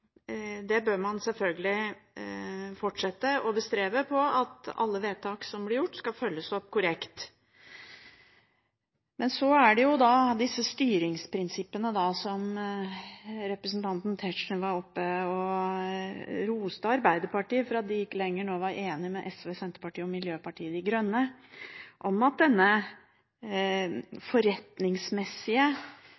selvfølgelig fortsette å bestrebe seg på at alle vedtak som blir gjort, skal følges opp korrekt. Så til disse styringsprinsippene. Representanten Tetzschner var oppe og roste Arbeiderpartiet for at de nå ikke lenger var enige med SV, Senterpartiet og Miljøpartiet De Grønne om at denne